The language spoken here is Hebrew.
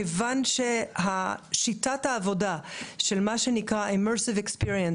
כיוון ששיטת העבודה של מה שנקרא immersive experiences